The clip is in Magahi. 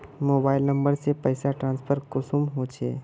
मोबाईल नंबर से पैसा ट्रांसफर कुंसम होचे?